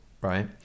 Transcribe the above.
right